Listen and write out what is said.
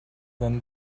than